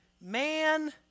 man